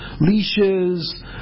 leashes